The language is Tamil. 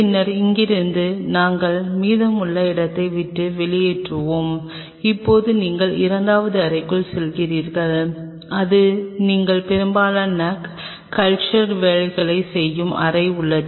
பின்னர் இங்கிருந்து நாங்கள் மீதமுள்ள இடத்தை விட்டு வெளியேறுவோம் இப்போது நீங்கள் இரண்டாவது அறைக்குச் செல்கிறீர்கள் இது நீங்கள் பெரும்பாலான கல்ச்சர் வேலைகளைச் செய்யும் அறை உள்ளது